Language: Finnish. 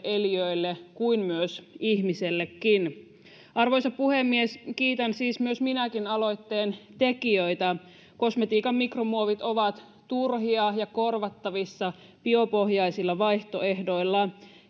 eliöille kuin ihmisellekin arvoisa puhemies kiitän siis myös minäkin aloitteen tekijöitä kosmetiikan mikromuovit ovat turhia ja korvattavissa biopohjaisilla vaihtoehdoilla